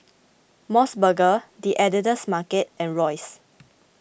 Mos Burger the Editor's Market and Royce